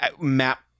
map